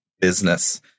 business